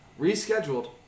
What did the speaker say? Rescheduled